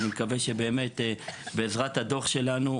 אני מקווה שבעזרת הדוח שלנו,